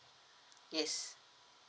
yes